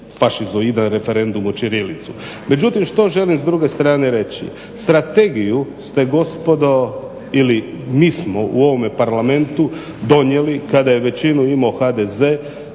fašizoidan referendum o ćirilici. Međutim, što želim s druge strane reći? Strategiju ste gospodo ili mi smo u ovome Parlamentu donijeli kada je većinu imao HDZ